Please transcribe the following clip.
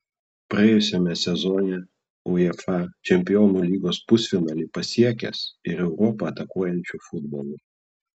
praėjusiame sezone uefa čempionų lygos pusfinalį pasiekęs ir europą atakuojančiu futbolu